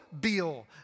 bill